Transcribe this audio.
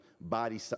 body